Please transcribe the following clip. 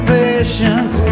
patience